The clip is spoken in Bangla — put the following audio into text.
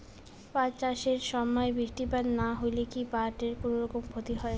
পাট চাষ এর সময় বৃষ্টিপাত না হইলে কি পাট এর কুনোরকম ক্ষতি হয়?